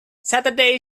saturday